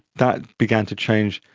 that began to change,